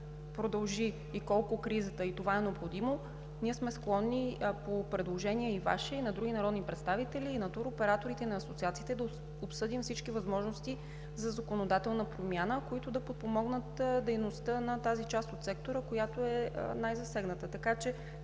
продължи кризата и ако това е необходимо, ние сме склонни по Ваше предложение и на други народни представители, и на туроператори, и на асоциации да обсъдим всички възможности за законодателна промяна, които да подпомогнат дейността на тази част от сектора, която е най-засегната. Всяко